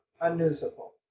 Unusable